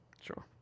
Sure